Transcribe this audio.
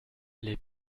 les